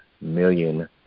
million